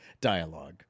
dialogue